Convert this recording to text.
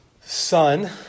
son